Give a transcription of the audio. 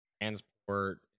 transport